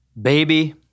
Baby